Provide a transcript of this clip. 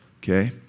okay